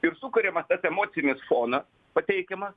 ir sukuriamas tas emocinis fona pateikiama